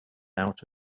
out